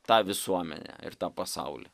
tą visuomenę ir tą pasaulį